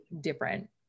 different